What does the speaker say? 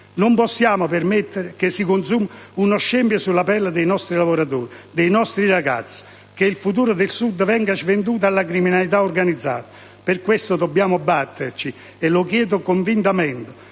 Non possiamo permettere che si consumi uno scempio sulla pelle dei nostri lavoratori, dei nostri ragazzi, che il futuro del Sud venga svenduto alla criminalità organizzata. Per questo - lo chiedo convintamente